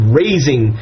raising